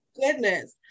goodness